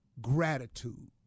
gratitude